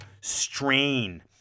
strain